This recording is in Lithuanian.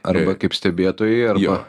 arba kaip stebėtojai arba